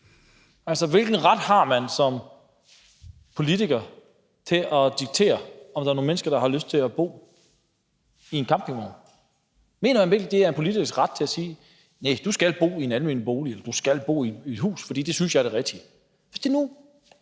Altså, hvilken ret har man som politiker til at diktere, hvordan mennesker skal bo, hvis der er nogle mennesker, der har lyst til at bo i en campingvogn? Mener man virkelig, at det er en politikers ret at sige: Nej, du skal bo i en almen bolig, eller du skal bo i et hus, for det synes jeg er det rigtige? Hvis nu